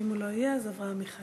ואם הוא לא יהיה, אברהם מיכאלי.